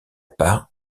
part